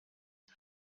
iki